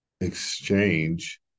exchange